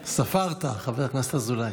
ספרת, חבר הכנסת אזולאי.